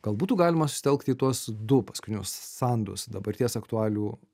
gal būtų galima susitelkt į tuos du paskutinius sandus dabarties aktualijų